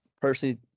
personally